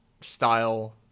style